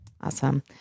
Awesome